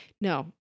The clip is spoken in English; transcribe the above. No